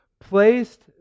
placed